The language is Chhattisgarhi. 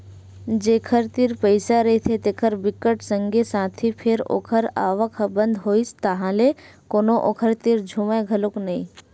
जेखर तीर पइसा रहिथे तेखर बिकट संगी साथी फेर ओखर आवक ह बंद होइस ताहले कोनो ओखर तीर झुमय घलोक नइ